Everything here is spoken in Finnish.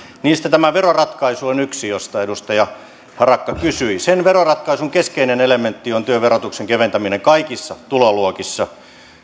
niistä tämä veroratkaisu on yksi josta edustaja harakka kysyi sen veroratkaisun keskeinen elementti on työn verotuksen keventäminen kaikissa tuloluokissa